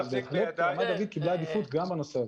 בהחלט, רמת דוד קיבלה עדיפות גם בנושא הזה.